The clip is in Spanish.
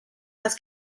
las